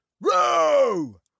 row